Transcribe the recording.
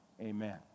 Amen